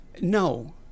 No